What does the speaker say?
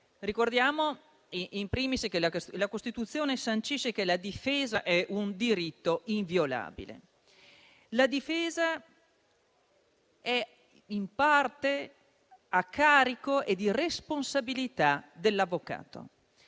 ricordare, *in primis*, che la Costituzione sancisce che la difesa è un diritto inviolabile. La difesa è in parte a carico e di responsabilità dell'avvocato.